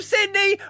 Sydney